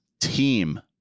team